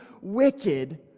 wicked